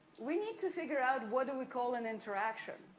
we need to figure out, what do we call an interaction?